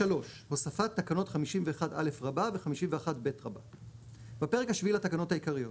הוספת תקנות 51א ו-51ב 3. בפרק השביעי לתקנות העיקריות,